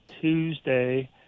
Tuesday